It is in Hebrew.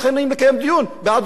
למה שהכנסת